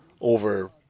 over